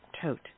tote